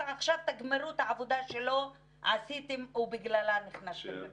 אתם עכשיו תגמרו את העבודה שלא עשיתם קודם ושבגללה נכנסתם לכלא.